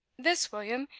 this, william,